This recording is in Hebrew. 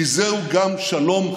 כי זהו גם שלום חם,